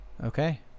Okay